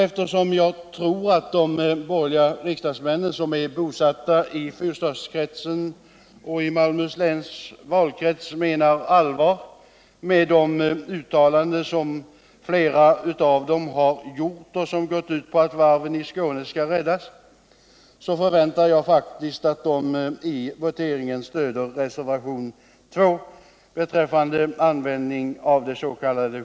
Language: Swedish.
Eftersom jag tror att de borgerliga riksdagsmän som är bosatta i fyrstadskretsen och i Malmöhus läns valkrets menar allvar med det uttalande flera av dem gjort, som går ut på att varven i Skåne skall räddas, förväntar jag faktiskt att de i voteringen stöder reservationen 2.